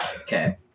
Okay